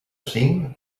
cinc